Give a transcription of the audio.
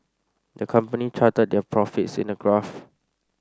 the company charted their profits in a graph